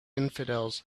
infidels